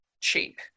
cheap